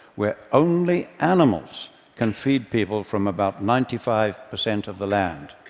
where only animals can feed people from about ninety five percent of the land.